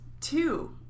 two